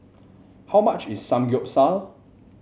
how much is Samgyeopsal